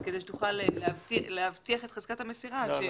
תוכל להבטיח את חזקת המסירה.